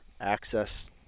access